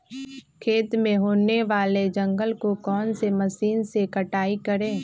खेत में होने वाले जंगल को कौन से मशीन से कटाई करें?